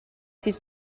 sydd